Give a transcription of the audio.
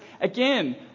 Again